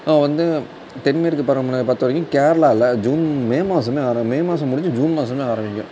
வந்து தென்மேற்கு பருவமழை பொருத்தவரைக்கும் கேரளாவில் ஜூன் மே மாசம் மே மாதம் முடிஞ்சு ஜூன் மாசம் ஆரம்பிக்கும்